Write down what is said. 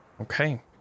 Okay